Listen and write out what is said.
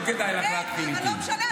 לא כדאי לך להתחיל איתי.